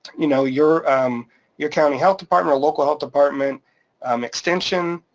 you know your your county health department or local health department um extension,